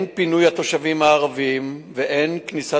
הן פינוי התושבים הערבים והן כניסת